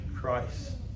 Christ